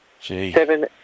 Seven